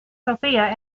sofia